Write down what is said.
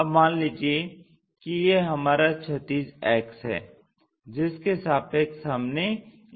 अब मान लीजिये कि ये हमारा क्षैतिज अक्ष है जिसके सापेक्ष हमने इस तल को घुमाया है